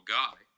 guy